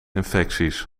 infecties